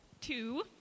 Two